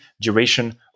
duration